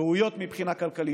ראויות מבחינה כלכלית,